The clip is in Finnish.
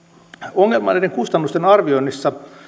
ongelmallista kustannusten arvioinnissa